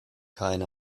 keine